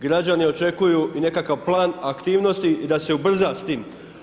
Građani očekuju i nekakav plan aktivnosti, da se ubrza s tim.